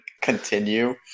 continue